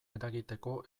eragiteko